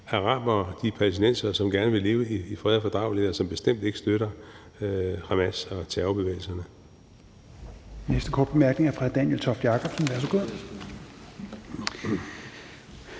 arabere og de palæstinensere, som gerne vil leve i fred og fordragelighed, og som bestemt ikke støtter Hamas og terrorbevægelserne.